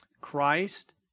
Christ